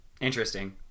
Interesting